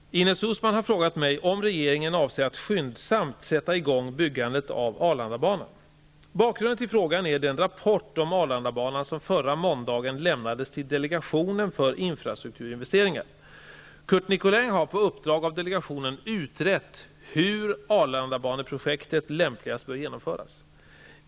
Herr talman! Ines Uusmann har frågat mig om regeringen avser att skyndsamt sätta i gång byggandet av Arlandabanan. Bakgrunden till frågan är den rapport om Nicolin har på uppdrag av delegationen utrett hur Arlandabaneprojektet lämpligast bör genomföras.